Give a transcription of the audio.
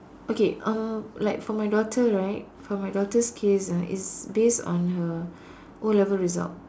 okay uh like for my daughter right for my daughter's case ah it's based on her O-level result